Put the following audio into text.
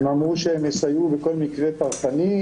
הם אמרו שהם יסייעו בכל מקרה פרטני.